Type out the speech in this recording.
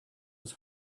was